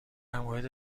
مورد